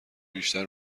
بیشتر